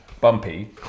Bumpy